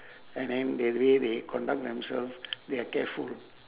and then the way they conduct themselves they are careful